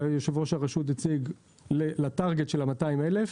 ויושב-ראש הרשות הציג ל-200 אלף,